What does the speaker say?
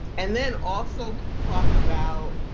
and then also talk about.